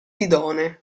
bidone